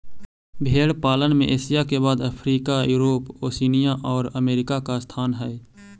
भेंड़ पालन में एशिया के बाद अफ्रीका, यूरोप, ओशिनिया और अमेरिका का स्थान हई